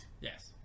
Yes